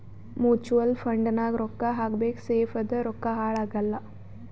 mutual fund ನಾಗ್ ರೊಕ್ಕಾ ಹಾಕಬೇಕ ಸೇಫ್ ಅದ ರೊಕ್ಕಾ ಹಾಳ ಆಗಲ್ಲ